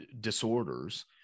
disorders